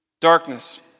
darkness